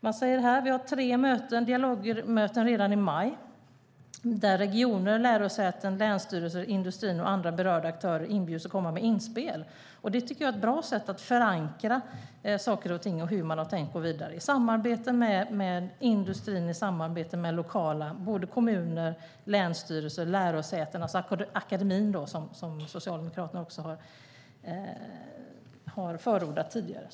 Man säger att det ska hållas tre dialogmöten redan i maj där "regioner, lärosäten, länsstyrelser, industrin och andra berörda aktörer inbjuds att komma in med inspel". Jag tycker att det är ett bra sätt att förankra saker och ting och hur man har tänkt gå vidare: i samarbete med industrin, i samarbete med det lokala, med kommuner, länsstyrelser och lärosätena - akademin, som Socialdemokraterna också har förordat tidigare.